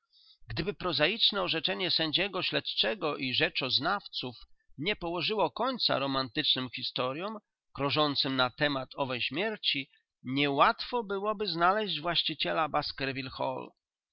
gdyby prozaiczne orzeczenie sędziego śledczego i rzeczoznawców nie położyło końca romantycznym historyom krążącym na temat owej śmierci nie łatwo byłoby znaleźć właściciela